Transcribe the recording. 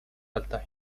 alta